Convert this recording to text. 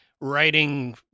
writing